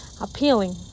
appealing